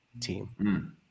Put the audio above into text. team